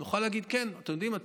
נוכל להגיד: כן, אתם יודעים מה?